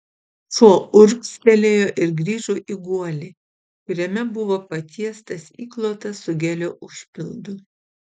šuo urgztelėjo ir grįžo į guolį kuriame buvo patiestas įklotas su gelio užpildu